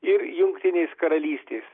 ir jungtinės karalystės